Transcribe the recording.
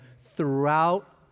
throughout